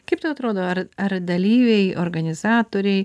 kaip tau atrodo ar ar dalyviai organizatoriai